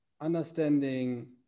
understanding